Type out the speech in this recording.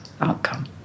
outcome